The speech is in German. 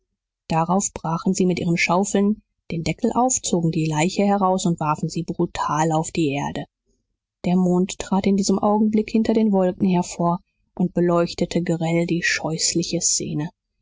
darauf brachen sie mit ihren schaufeln den deckel auf zogen die leiche heraus und warfen sie brutal auf die erde der mond trat in diesem augenblick hinter den wolken hervor und beleuchtete grell die scheußliche szene